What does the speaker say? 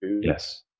Yes